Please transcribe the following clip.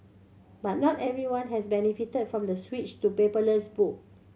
but not everyone has benefited from the switch to paperless book